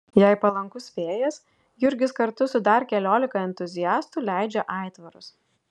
jei palankus vėjas jurgis kartu su dar keliolika entuziastų leidžia aitvarus